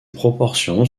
proportions